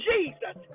Jesus